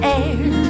air